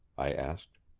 i asked.